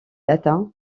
latin